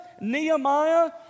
Nehemiah